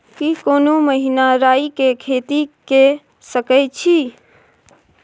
की कोनो महिना राई के खेती के सकैछी?